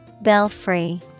Belfry